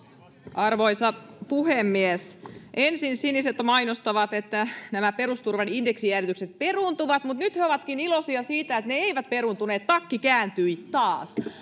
arvoisa puhemies ensin siniset mainostavat että nämä perusturvan indeksijäädytykset peruuntuvat mutta nyt he ovatkin iloisia siitä että ne eivät peruuntuneet takki kääntyi taas